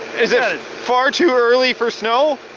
is it ah far too early for snow?